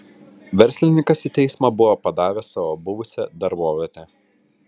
verslininkas į teismą buvo padavęs savo buvusią darbovietę